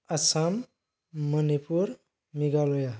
Assam Manipur Meghalaya